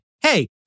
hey